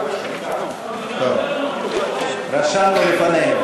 טוב, רשמנו לפנינו.